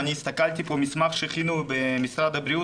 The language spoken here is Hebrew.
הסתכלתי פה על מסמך תחקיר שהכינו במשרד הבריאות,